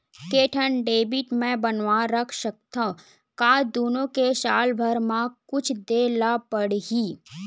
के ठन डेबिट मैं बनवा रख सकथव? का दुनो के साल भर मा कुछ दे ला पड़ही?